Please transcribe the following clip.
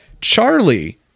charlie